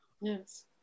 Yes